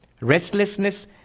Restlessness